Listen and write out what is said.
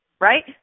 right